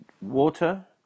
water